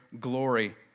glory